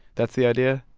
that's the idea?